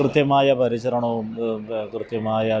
കൃത്യമായ പരിചരണവും കൃത്യമായ